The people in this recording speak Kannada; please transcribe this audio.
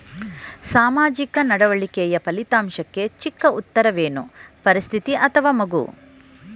ಸಾಮಾಜಿಕ ನಡವಳಿಕೆಯ ಫಲಿತಾಂಶಕ್ಕೆ ಚಿಕ್ಕ ಉತ್ತರವೇನು? ಪರಿಸ್ಥಿತಿ ಅಥವಾ ಮಗು?